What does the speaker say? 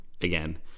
again